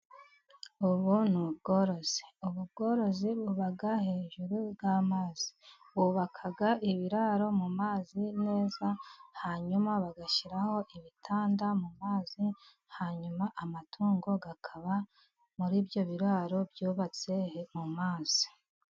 Ubu ni ubworozi, ubworozi buba hejuru y'amazi, bubaka ibiraro mu mazi neza, hanyuma bagashyiraho ibitanda mu mazi, hanyuma amatungo akaba muri ibyo biraro byubatse mu mazi.